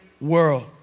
world